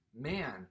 man